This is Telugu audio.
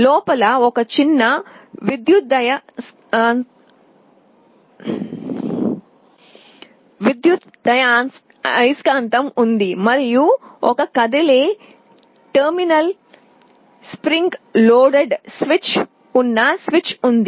లోపల ఒక చిన్న విద్యుదయస్కాంతం ఉంది మరియు ఒక కదిలే టెర్మినల్ స్ప్రింగ్ లోడెడ్ స్విచ్ ఉన్న స్విచ్ ఉంది